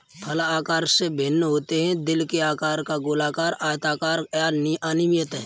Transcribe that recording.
फल आकार में भिन्न होते हैं, दिल के आकार का, गोलाकार, आयताकार या अनियमित